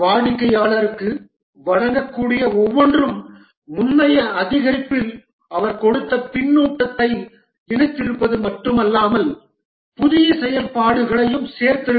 வாடிக்கையாளருக்கு வழங்கக்கூடிய ஒவ்வொன்றும் முந்தைய அதிகரிப்பில் அவர் கொடுத்த பின்னூட்டத்தை இணைத்திருப்பது மட்டுமல்லாமல் புதிய செயல்பாடுகளையும் சேர்த்திருக்கும்